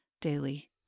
daily